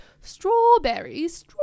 strawberries